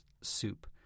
soup